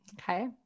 Okay